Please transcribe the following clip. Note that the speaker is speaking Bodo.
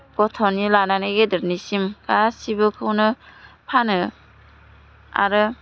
गथ'नि लानानै गेदेरनिसिम गासिबोखौनो फानो आरो